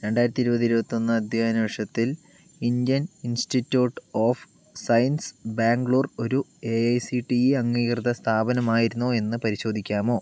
രണ്ടായിരത്തി ഇരുപത് ഇരുപത്തൊന്ന് അധ്യയന വർഷത്തിൽ Indian institute of science Bangalore ഒരു A I C T E അംഗീകൃത സ്ഥാപനമായിരുന്നോ എന്ന് പരിശോധിക്കാമോ